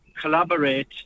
collaborate